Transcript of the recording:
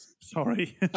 sorry